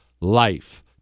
life